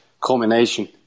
Culmination